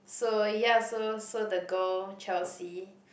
so yes so so the girl Chelsea